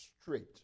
straight